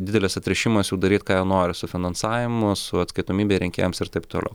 didelis atrišimas jų daryt ką jie nori su finansavimu su atskaitomybe rinkėjams ir taip toliau